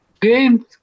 Games